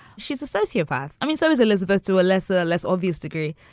she's a sociopath. i mean, so is elizabeth. to a lesser, less obvious degree.